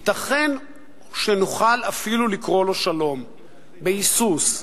ייתכן שנוכל אפילו לקרוא לו שלום, בהיסוס,